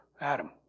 Adam